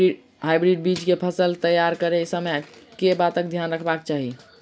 Hybrid बीज केँ फसल तैयार करैत समय कऽ बातक ध्यान रखबाक चाहि?